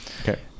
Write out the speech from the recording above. Okay